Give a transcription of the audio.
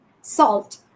salt